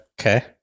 Okay